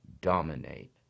dominate